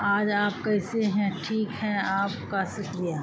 آج آپ کیسے ہیں ٹھیک ہیں آپ کا شکریہ